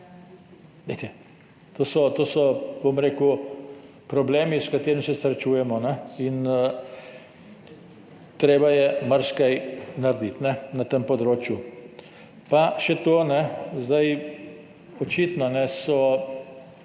to so problemi, s katerimi se srečujemo, in treba je marsikaj narediti na tem področju. Pa še to, ne. Očitno so